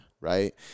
right